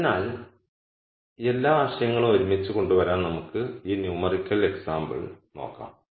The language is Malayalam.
അതിനാൽ എല്ലാ ആശയങ്ങളും ഒരുമിച്ച് കൊണ്ടുവരാൻ നമുക്ക് ഒരു ന്യൂമെറിക്കൽ എക്സാംപ്ൾ നോക്കാം